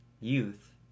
Youth